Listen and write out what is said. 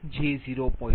2 j0